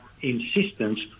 insistence